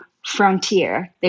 frontier